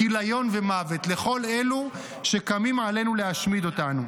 כיליון ומוות לכל אלו שקמים עלינו להשמיד אותנו.